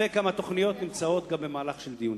וכמה תוכניות נמצאות גם במהלך של דיונים.